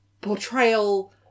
portrayal